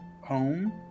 home